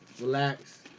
relax